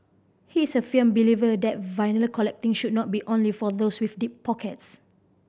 he is a film believer that vinyl collecting should not be only for those with deep pockets